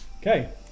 Okay